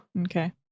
Okay